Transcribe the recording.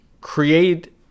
create